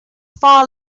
far